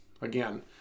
again